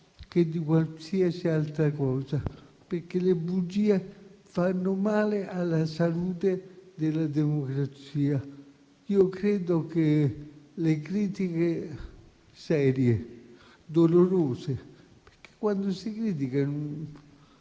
che di qualsiasi altra cosa. Le bugie fanno male alla salute della democrazia. Io credo che le critiche serie siano dolorose, perché quando si critica